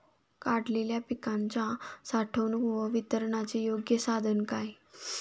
काढलेल्या पिकाच्या साठवणूक व वितरणाचे योग्य साधन काय?